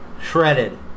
shredded